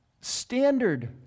standard